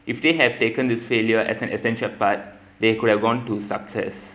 if they have taken this failure as an essential part they could have gone to success